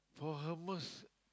for how much